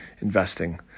investing